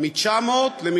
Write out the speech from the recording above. מ-900,000